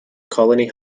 colony